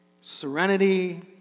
serenity